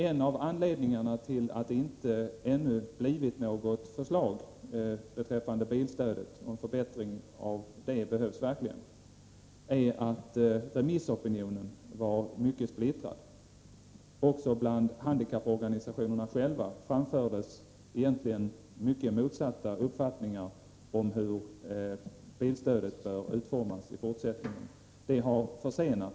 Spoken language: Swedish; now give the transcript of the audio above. En av anledningarna till att det ännu inte blivit något förslag beträffande en förbättring av bilstödet, som verkligen behövs, är att remissopinionen var mycket splittrad. Också bland handikapporganisationerna själva framfördes mycket motstridande uppfattningar om hur bilstödet skall utformas i fortsättningen. Det har försenat detta arbete.